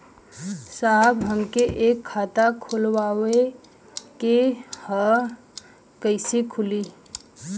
साहब हमके एक खाता खोलवावे के ह कईसे खुली?